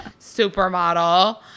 supermodel